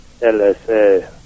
LSA